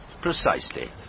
Precisely